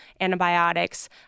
antibiotics